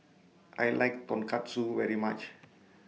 I like Tonkatsu very much